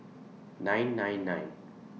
nine nine nine